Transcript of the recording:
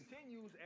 continues